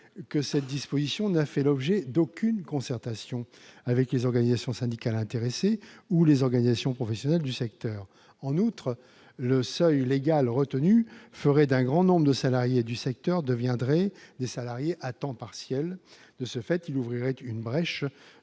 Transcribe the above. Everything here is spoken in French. que cette disposition n'a fait l'objet d'aucune concertation avec les organisations syndicales intéressées ou les organisations professionnelles du secteur. En outre, eu égard au seuil légal retenu, un grand nombre de salariés du secteur deviendrait des salariés à temps partiel. De ce fait, serait ouverte une brèche